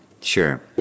Sure